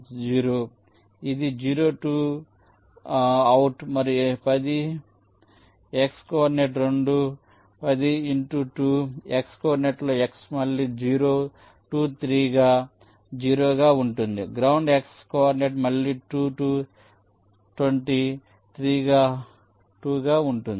0 ఇది 02 అవుట్ బరువు 10 x coordinate 2 10 into 2 x కోఆర్డినేట్లోని x మళ్ళీ 0 3 గా 0 గా ఉంటుంది గ్రౌండ్ x కోఆర్డినేట్ మళ్ళీ 2 20 3 గా 2 గా ఉంటుంది